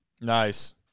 Nice